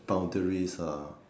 boundaries ah